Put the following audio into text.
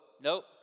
nope